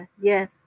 yes